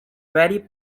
very